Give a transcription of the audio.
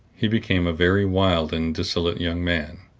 he became a very wild and dissolute young man.